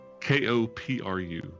K-O-P-R-U